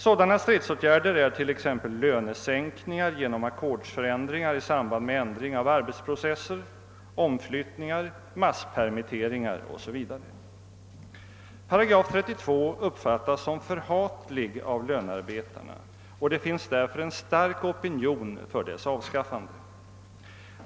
Stridsåtgärder av detta slag är t.ex. lönesänkningar genom ackordsförändringar i samband med ändring av arbetsprocesser, omflyttningar, masspermitteringar Osv. § 32 uppfattas som förhatlig av lönearbetarna, och det finns därför en stark opinion för dess avskaffande.